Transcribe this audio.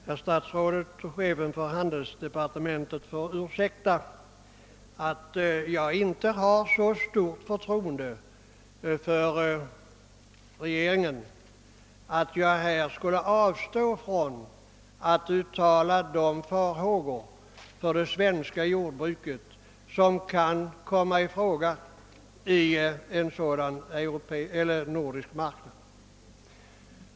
Herr talman! Herr statsrådet och chefen för handelsdepartementet får ursäkta att jag inte har så stort förtroende för regeringen att jag skulle avstå ifrån att uttala farhågor för de svårigheter som kan bli aktuella för det svenska jordbruket i en gemensam nordisk marknad.